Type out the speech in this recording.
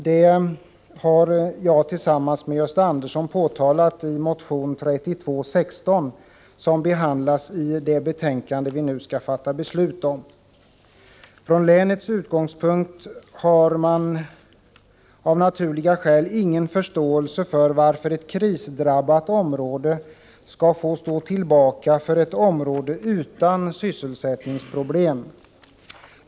Detta har jag och Gösta Andersson påtalat i motion 3216, som behandlas i det betänkandet vi nu skall fatta beslut om. I länet har man av naturliga skäl ingen förståelse för att ett krisdrabbat område skall få stå tillbaka för ett område utan sysselsättningsproblem.